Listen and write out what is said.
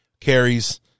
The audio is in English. carries